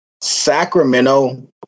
Sacramento